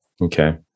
okay